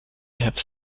have